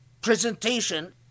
presentation